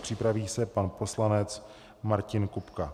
Připraví se pan poslanec Martin Kupka.